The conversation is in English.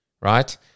right